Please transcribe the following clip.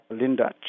Linda